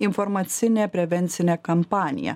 informacinė prevencinė kampanija